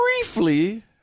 briefly